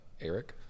Eric